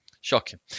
shocking